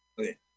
Okay